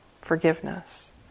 forgiveness